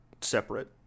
separate